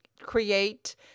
create